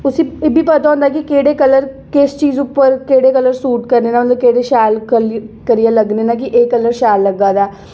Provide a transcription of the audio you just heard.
उसी एह् बी पता होंदा की केह्ड़े कल्लर किस चीज उप्पर केह्ड़े कल्लर सूट करने न केह्ड़े शैल करियै लग्गने न एह् कल्लर शैल लग्गा दा